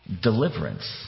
Deliverance